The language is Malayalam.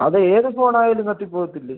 അത് ഏതു ഫോണായാലും കത്തി പോവത്തില്ലേ